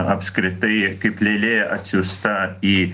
apskritai kaip lėlė atsiųsta į